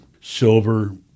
Silver